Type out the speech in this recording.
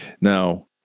Now